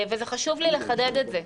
וחשוב לי לחדד את זה.